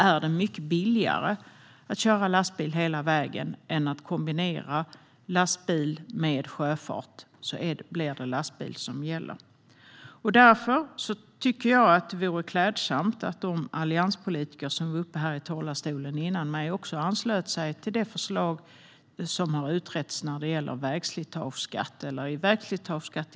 Är det mycket billigare att köra lastbil hela vägen än att kombinera lastbil med sjöfart blir det lastbil som gäller. Därför tycker jag att det vore klädsamt om de allianspolitiker som stått i talarstolen före mig också anslöt sig till det förslag om vägslitageskatt i någon form som har utretts.